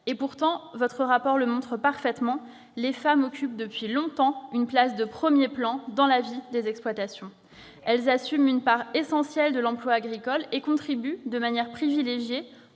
Et pourtant, comme votre rapport le montre parfaitement, les femmes occupent depuis longtemps une place de premier plan dans la vie des exploitations. C'est vrai ! Elles assument une part importante de l'emploi agricole et contribuent, de manière privilégiée,